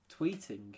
tweeting